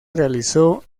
realizó